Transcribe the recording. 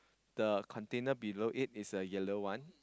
the container below it is a yellow one